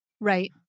Right